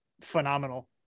phenomenal